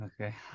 Okay